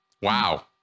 Wow